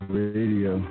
radio